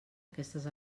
aquestes